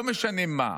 לא משנה מה,